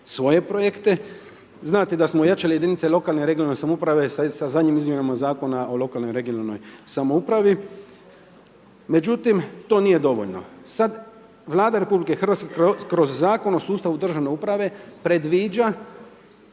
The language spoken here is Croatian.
svoje projekte, znate da smo jačali jedinice lokalne regionalne samouprave sa zadnjim izmjenama zakona o lokalnoj regionalnoj samoupravi. Međutim to nije dovoljno. Sad vlada RH kroz Zakon o sustavu državne uprave predviđa